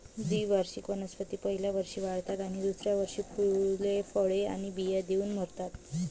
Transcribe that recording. द्विवार्षिक वनस्पती पहिल्या वर्षी वाढतात आणि दुसऱ्या वर्षी फुले, फळे आणि बिया देऊन मरतात